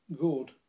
good